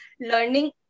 learning